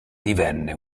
divenne